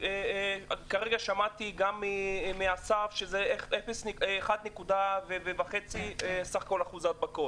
כרגע שמעתי ממר גרניט שמדובר ב-1.8% הדבקות בסך הכול בעולם המסעדנות.